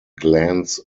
glance